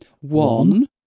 One